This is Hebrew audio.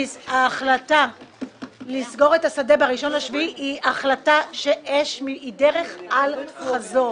ההחלטה לסגור את השדה ב-1 ביולי היא דרך אל-חזור